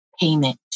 payment